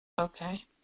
Okay